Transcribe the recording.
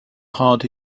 harder